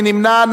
מי נמנע?